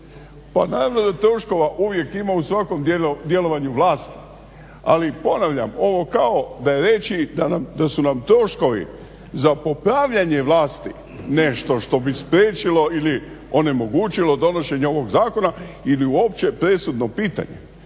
naravno da troškova uvijek ima u svakom djelovanju vlasti. Ali ponavljam ovo kao da je veći. Da su nam troškovi za popravljanje vlasti nešto što bi spriječilo ili onemogućilo donošenje ovog zakona ili uopće presudno pitanje.